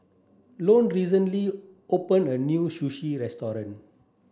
recently open a new Sushi